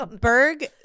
Berg